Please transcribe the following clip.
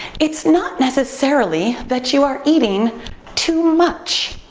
it's not necessarily that you are eating too much.